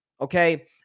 Okay